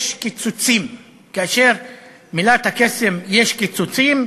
יש קיצוצים, ומילת הקסם "יש קיצוצים"